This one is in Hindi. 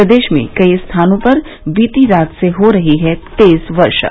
प्रदेश में कई स्थानों पर बीती रात से हो रही है तेज वर्षा